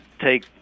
take